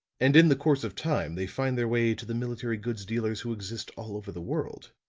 and in the course of time they find their way to the military goods dealers who exist all over the world.